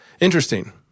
Interesting